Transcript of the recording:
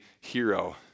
hero